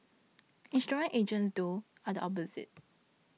insurance agents though are the opposite